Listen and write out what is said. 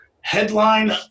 headline